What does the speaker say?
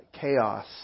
chaos